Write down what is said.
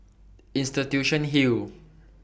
Institution Hill